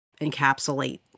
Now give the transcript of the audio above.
encapsulate